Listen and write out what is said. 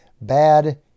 bad